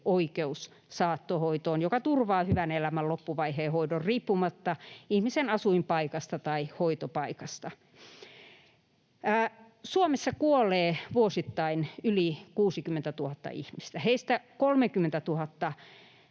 oikeus saattohoitoon, joka turvaa hyvän elämän loppuvaiheen hoidon riippumatta ihmisen asuinpaikasta tai hoitopaikasta. Suomessa kuolee vuosittain yli 60 000 ihmistä. Heistä 30 000